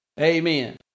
Amen